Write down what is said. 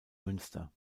münster